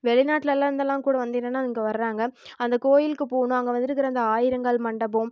வெளிநாட்லலாம் இருந்தெல்லாம் கூட வந்து என்னென்னா இங்கே வர்றாங்க அந்த கோயிலுக்கு போகணும் அங்கே வந்து இருக்கிற இந்த ஆயிரங்கால் மண்டபம்